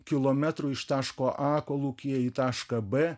kilometrų iš taško a kolūkyje į tašką b